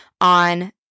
on